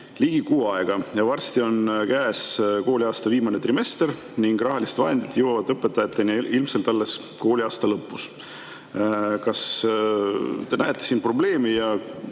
ligi kuu aega. Varsti on käes kooliaasta viimane trimester ning rahalised vahendid jõuavad õpetajateni ilmselt alles kooliaasta lõpus. Kas te näete siin probleemi ja